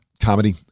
comedy